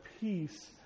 peace